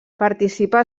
participa